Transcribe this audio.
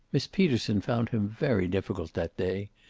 miss peterson found him very difficult that day,